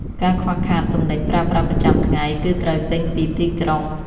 ការខ្វះខាតទំនិញប្រើប្រាស់ប្រចាំថ្ងៃ គឺត្រូវទិញពីទីក្រុង។